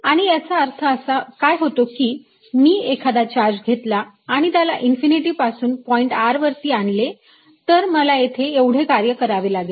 आणि याचा अर्थ काय होतो की जर मी एखादा चार्ज घेतला आणि त्याला इन्फिनिटी पासून पॉईंट r वरती आणले तर मला येथे एवढे कार्य करावे लागेल